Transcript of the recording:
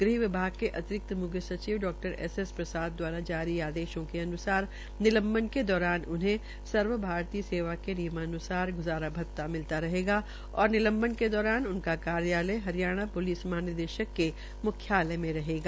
गृह विभाग के अतिरिक्त मुख्य सचिव डा एस एस प्रसाद दवारा जारी आदेशों के अन्सार निलंवल के दौरान उन्हें सर्व भारतीय सेवा के नियमानुसार गुज़ारा भत्ता मिलता रहेगा और निलंबल के दौरान उनका कार्याकाल हरियाणा पुलिस महानिदेशक के म्ख्यालय मे रहेगा